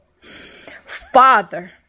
father